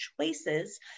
choices